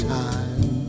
time